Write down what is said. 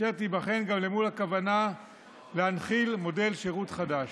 אשר תיבחן גם מול הכוונה להנחיל מודל שירות חדש.